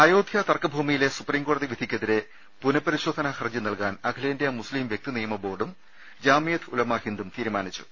അയോധ്യ തർക്ക ഭൂമിയിലെ സുപ്രീം കോടതി വിധിക്കെതിരെ പുനഃപരിശോധനാ ഹർജി നൽകാൻ അഖിലേന്ത്യാ മുസ്തിം വൃക്തി നിയമ ബോർഡും ജാമിയത്ത് ഉലമ ഹിന്ദും തീരുമാനിച്ചു